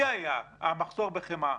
זה, המחסור בחמאה,